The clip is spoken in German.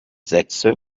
sätze